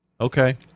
Okay